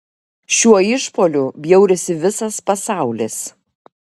šiuo išpuoliu bjaurisi visas pasaulis